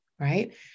right